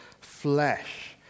flesh